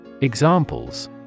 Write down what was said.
Examples